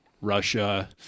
Russia